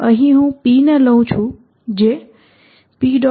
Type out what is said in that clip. તેથી અહીં હું P ને લઉં છું જે P